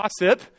gossip